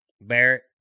Barrett